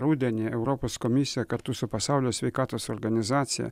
rudenį europos komisija kartu su pasaulio sveikatos organizacija